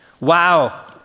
Wow